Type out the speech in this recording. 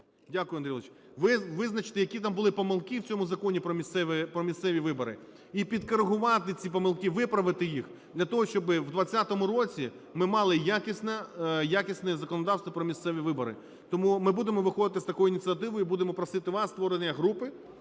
Дякую, Андрій Володимирович. Визначити, які там були помилки в цьому Законі "Про місцеві вибори" і підкоригувати ці помилки, виправити їх для того, щоб у 20-му році ми мали якісне законодавство про місцеві вибори. Тому ми будемо виходити з такою ініціативою і будемо просити вас: створення групи